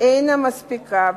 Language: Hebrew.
אינה מספיקה,